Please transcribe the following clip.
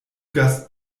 gast